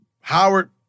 Howard